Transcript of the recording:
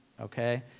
okay